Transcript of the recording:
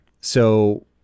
So-